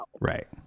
Right